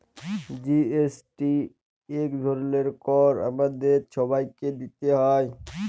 GST ইক ধরলের কর আমাদের ছবাইকে দিইতে হ্যয়